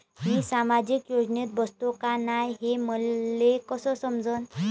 मी सामाजिक योजनेत बसतो का नाय, हे मले कस समजन?